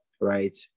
right